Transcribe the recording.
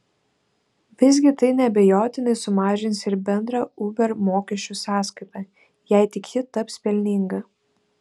visgi tai neabejotinai sumažins ir bendrą uber mokesčių sąskaitą jei tik ji taps pelninga